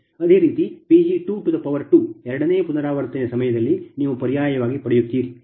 ಅದೇ ರೀತಿ Pg2 ಎರಡನೇ ಪುನರಾವರ್ತನೆಯ ಸಮಯದಲ್ಲಿ ನೀವು ಪರ್ಯಾಯವಾಗಿ ಪಡೆಯುತ್ತೀರಿ